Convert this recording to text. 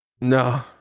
No